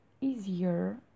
easier